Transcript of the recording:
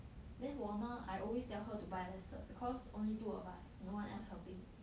then 我呢 I always tell her to buy lesser because only two of us no one else helping